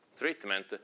Treatment